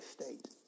state